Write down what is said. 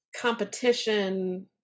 competition